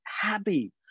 happy